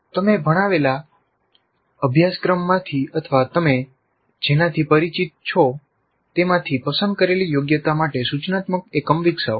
તમે ભણાવેલા અભ્યાસક્રમ માંથી અથવા તમે જેનાથી પરિચિત છો તેમાંથી પસંદ કરેલી યોગ્યતા માટે સૂચનાત્મક એકમ વિકસાવો